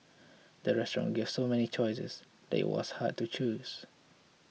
the restaurant gave so many choices that was hard to choose